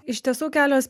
iš tiesų kelios